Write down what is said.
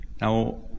Now